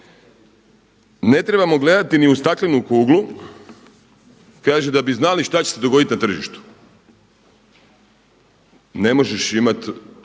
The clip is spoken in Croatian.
Ne trebamo gledati ni u staklenu kuglu, kaže da bi znali što će se dogoditi na tržištu. Ne možeš imat